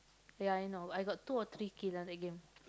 ya I know I got two or three kill lah that game